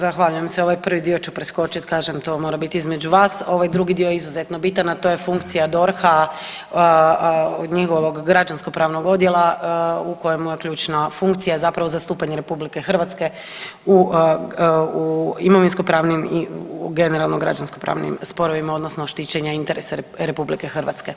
Da, zahvaljujem se, ovaj prvi dio ću preskočit kažem to mora biti između vas, ovaj drugi dio je izuzetno bitan, a to je funkcija DORH-a njegovog građansko pravnog odjela u kojemu je ključna funkcija zapravo zastupanje RH u, u imovinsko pravnim i generalno u građansko pravnim sporovima odnosno štićenje interesa RH.